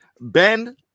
Ben